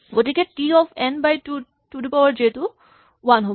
গতিকে T of n by two to the power J O one হ'ব